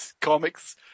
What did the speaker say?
comics